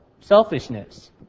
selfishness